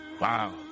Wow